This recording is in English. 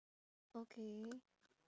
okay